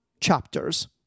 chapters